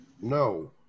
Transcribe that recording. No